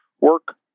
work